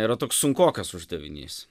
yra toks sunkokas uždavinys